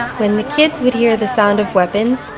when the kids would hear the sound of weapons,